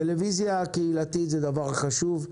טלוויזיה קהילתית היא דבר חשוב.